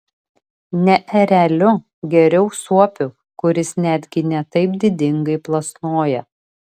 ne ereliu geriau suopiu kuris netgi ne taip didingai plasnoja